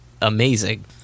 amazing